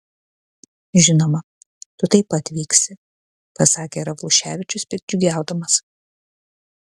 žinoma tu taip pat vyksi pasakė ravluševičius piktdžiugiaudamas